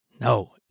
No